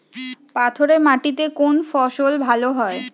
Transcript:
পাথরে মাটিতে কোন ফসল ভালো হয়?